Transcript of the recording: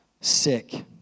sick